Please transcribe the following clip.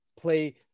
play